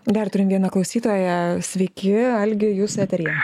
dar turim vieną klausytoją sveiki algi jūs eteryje